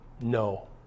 no